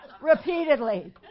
Repeatedly